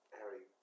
Harry